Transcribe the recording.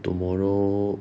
tomorrow